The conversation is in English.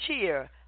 cheer